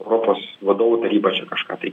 europos vadovų taryba čia kažką tai